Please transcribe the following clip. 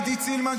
עידית סילמן,